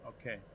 Okay